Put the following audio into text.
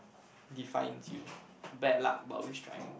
defines you bad luck but always trying